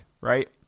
right